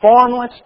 Formless